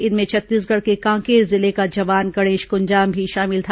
इनमें छत्तीसगढ़ के कांकेर जिले का जवान गणेश कुंजाम भी शामिल था